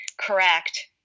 correct